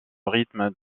rythme